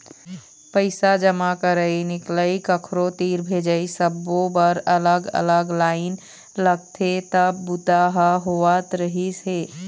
पइसा जमा करई, निकलई, कखरो तीर भेजई सब्बो बर अलग अलग लाईन लगथे तब बूता ह होवत रहिस हे